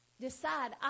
Decide